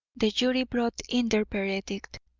the jury brought in their verdict.